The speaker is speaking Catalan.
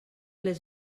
les